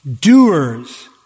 doers